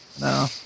No